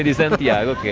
and santiago,